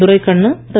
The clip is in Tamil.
துரைகண்ணு திரு